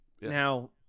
now